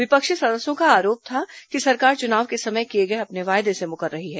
विपक्षी सदस्यों का आरोप था कि सरकार चुनाव के समय किए गए अपने वादे से मुकर रही है